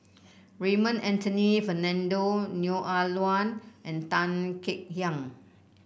Raymond Anthony Fernando Neo Ah Luan and Tan Kek Hiang